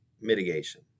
mitigation